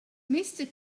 mister